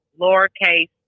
lowercase